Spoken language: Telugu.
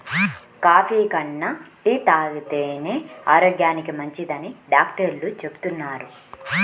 కాఫీ కన్నా టీ తాగితేనే ఆరోగ్యానికి మంచిదని డాక్టర్లు చెబుతున్నారు